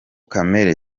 kamere